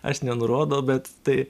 aš nenurodau bet tai